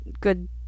good